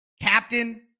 captain